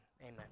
Amen